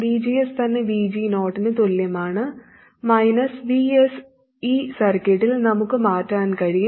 VGS തന്നെ VG0 ന് തുല്യമാണ് മൈനസ് Vs ഈ സർക്യൂട്ടിൽ നമുക്ക് മാറ്റാൻ കഴിയും